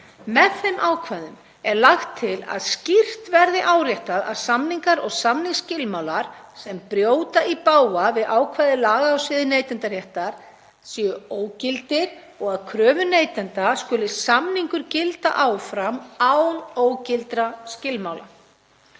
Með þeim ákvæðum er lagt til að skýrt verði áréttað að samningar og samningsskilmálar sem brjóta í bága við ákvæði laga á sviði neytendaréttar séu ógildir og að kröfu neytenda skuli samningur gilda áfram án ógildra skilmála.